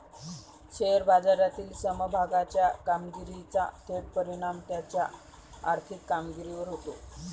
share बाजारातील समभागाच्या कामगिरीचा थेट परिणाम त्याच्या आर्थिक कामगिरीवर होतो